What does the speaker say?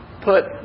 put